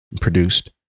produced